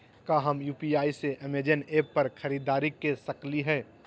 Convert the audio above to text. का हम यू.पी.आई से अमेजन ऐप पर खरीदारी के सकली हई?